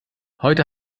heute